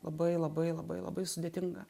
labai labai labai labai sudėtinga